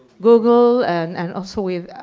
google, and and also with,